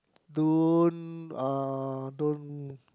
don't uh don't